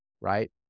right